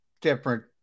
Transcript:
different